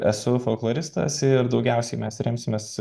esu folkloristas ir daugiausiai mes remsimės